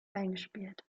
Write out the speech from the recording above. eingespielt